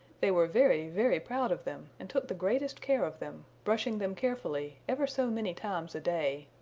they were very, very proud of them and took the greatest care of them, brushing them carefully ever so many times a day.